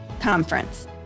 Conference